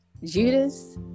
Judas